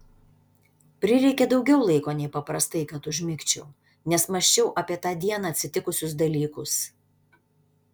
prireikė daugiau laiko nei paprastai kad užmigčiau nes mąsčiau apie tą dieną atsitikusius dalykus